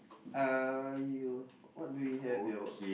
uh you what do you have here